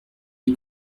est